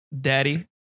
daddy